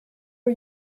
are